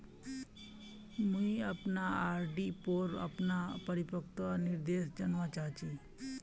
मुई अपना आर.डी पोर अपना परिपक्वता निर्देश जानवा चहची